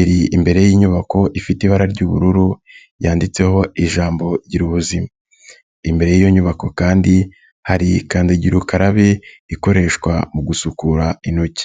iri imbere y'inyubako ifite ibara ry'ubururu yanditseho ijambo Gira ubuzima, imbere y'inyubako kandi hari kandagira ukarabe ikoreshwa mu gusukura intoki.